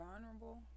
vulnerable